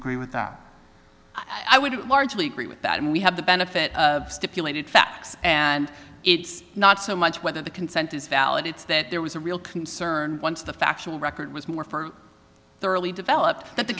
agree with that i would largely agree with that and we have the benefit of stipulated facts and it's not so much whether the consent is valid it's that there was a real concern once the factual record was more thoroughly developed that the